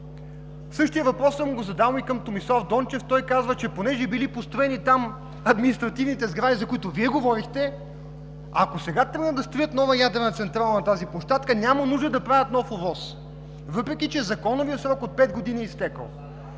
Същият въпрос съм го задал и към Томислав Дончев. Той казва, че понеже там били построени административните сгради, за които Вие говорихте, ако сега тръгнат да строят нова ядрена централа на тази площадка, няма нужда да правят нов ОВОС, въпреки че законовият срок от пет години е изтекъл.